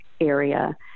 area